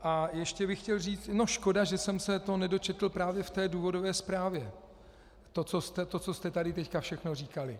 A ještě bych chtěl říct: Škoda, že jsem se to nedočetl právě v té důvodové zprávě, to, co jste tady teď všechno říkali.